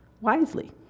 wisely